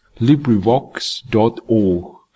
LibriVox.org